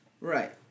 Right